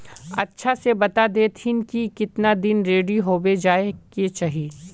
अच्छा से बता देतहिन की कीतना दिन रेडी होबे जाय के चही?